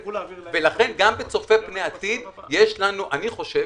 ולכן, גם כצופה פני עתיד, אני חושב